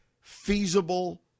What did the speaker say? feasible